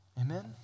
Amen